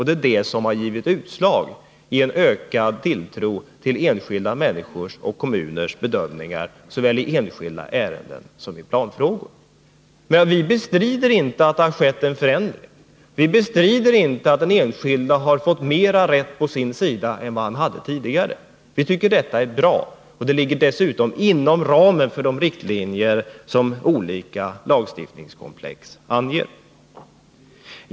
Det är detta som har gett utslag i en ökad tilltro till enskilda människors och kommuners bedömningar, såväl i enskilda ärenden som i planfrågor. Vi bestrider inte att det har skett en förändring — att den enskilde i större utsträckning än tidigare har fått rätten på sin sida. Men vi tycker att detta är bra. Det ligger dessutom inom ramen för de riktlinjer som olika lagstiftningskomplex anger.